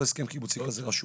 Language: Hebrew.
כל הסכם קיבוצי כזה רשום.